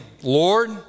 Lord